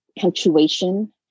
punctuation